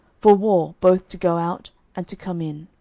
for war, both to go out, and to come in.